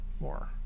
more